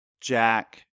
Jack